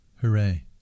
Hooray